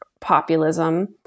populism